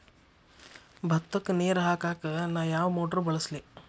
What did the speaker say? ಭತ್ತಕ್ಕ ನೇರ ಹಾಕಾಕ್ ನಾ ಯಾವ್ ಮೋಟರ್ ಬಳಸ್ಲಿ?